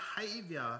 behavior